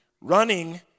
Running